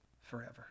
forever